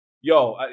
yo